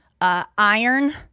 iron